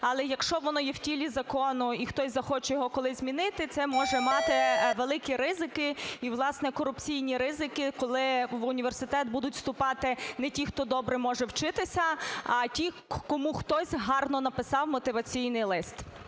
але якщо воно є в тілі закону і хтось захоче його колись змінити, це може мати великі ризики і, власне, корупційні ризики, коли в університет будуть вступати не ті, хто добре може вчитися, а ті, кому хтось гарно написав мотиваційний лист.